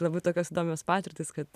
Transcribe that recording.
labai tokios įdomios patirtys kad